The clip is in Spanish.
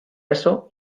eso